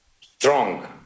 Strong